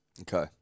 okay